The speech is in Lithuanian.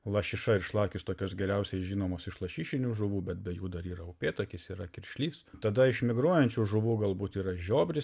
lašiša ir šlakis tokios geriausiai žinomos iš lašišinių žuvų bet be jų dar yra upėtakis yra kiršlys tada iš migruojančių žuvų galbūt yra žiobris